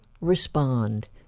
respond